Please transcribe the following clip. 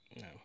No